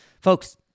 Folks